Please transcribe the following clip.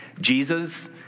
Jesus